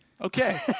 okay